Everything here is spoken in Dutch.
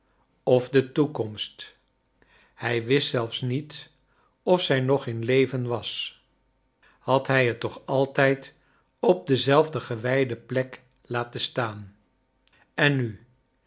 of de toekomst hij wist zelfs niet of zij nog in leven was had hij het toch altijd op dezelfde gewijde plek laten staan en nu